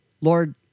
Lord